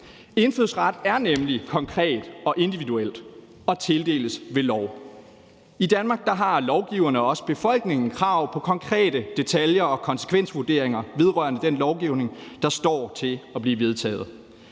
Indfødsret er nemlig konkret og individuel og tildeles ved lov. I Danmark har lovgiverne og også befolkningen krav på konkrete detaljer og konsekvensvurderinger vedrørende den lovgivning, der står til at blive vedtaget.